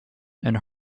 and